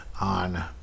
on